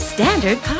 Standard